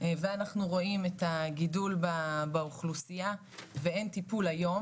ואנחנו רואים את הגידול באוכלוסיה ואין טיפול היום